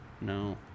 No